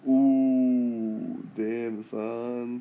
!woo! damn son